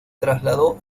trasladó